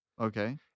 Okay